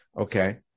Okay